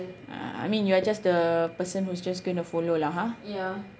uh I mean you are just the person who is just gonna follow lah !huh!